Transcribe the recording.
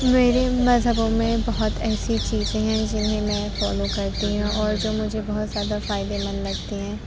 میرے مذہبوں میں بہت ایسی چیزیں ہیں جنہیں میں فالو کرتی ہوں اور جو مجھے بہت زیادہ فائدہ مند لگتی ہیں